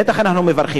בטח אנחנו מברכים.